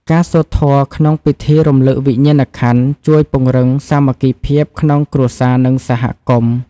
ការសូត្រធម៌ក្នុងពិធីរំលឹកវិញ្ញាណក្ខន្ធ ជួយពង្រឹងសាមគ្គីភាពក្នុងគ្រួសារ និងសហគមន៍។